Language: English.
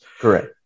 Correct